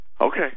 Okay